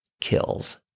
kills